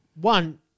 One